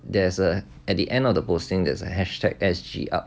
there's a at the end of the posting there's a hashtag S_G_U_P